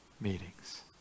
meetings